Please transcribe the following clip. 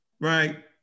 right